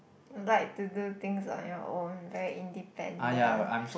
like to do things on your own very independent